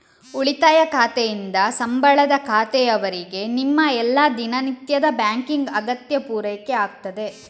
ಉಳಿತಾಯ ಖಾತೆಯಿಂದ ಸಂಬಳದ ಖಾತೆಯವರೆಗೆ ನಿಮ್ಮ ಎಲ್ಲಾ ದಿನನಿತ್ಯದ ಬ್ಯಾಂಕಿಂಗ್ ಅಗತ್ಯ ಪೂರೈಕೆ ಆಗ್ತದೆ